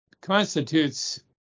constitutes